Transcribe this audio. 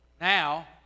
Now